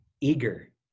eager